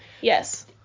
Yes